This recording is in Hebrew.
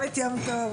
גם את יום טוב,